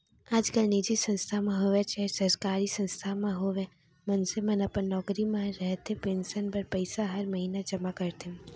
आजकाल निजी संस्था म होवय चाहे सरकारी संस्था म होवय मनसे मन अपन नौकरी म रहते पेंसन बर पइसा हर महिना जमा करथे